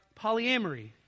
polyamory